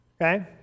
Okay